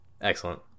excellent